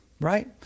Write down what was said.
right